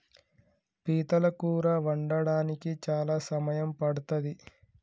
పీతల కూర వండడానికి చాలా సమయం పడ్తది